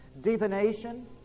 divination